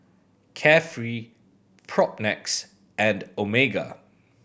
Carefree Propnex and Omega